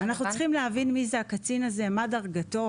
אנחנו צריכים להבין מי זה הקצין הזה, מה דרגתו?